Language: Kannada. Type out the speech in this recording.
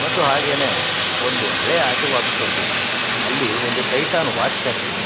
ಮತ್ತು ಹಾಗೆಯೇ ಒಂದು ಹಳೆ ಆರ್ ಟಿ ಓ ಆಫಿಸ್ ಒಂದಿದೆ ಅಲ್ಲಿ ಒಂದು ಟೈಟಾನ್ ವಾಚ್ ಫ್ಯಾಕ್ಟ್ರಿ ಇದೆ